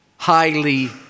highly